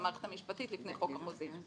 במערכת המשפטית לפני חוק החוזים,